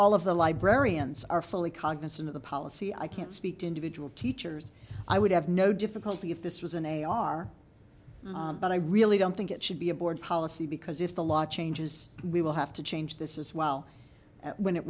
all of the librarians are fully cognizant of the policy i can't speak to individual teachers i would have no difficulty if this was an a r but i really don't think it should be a board policy because if the law changes we will have to change this is well when it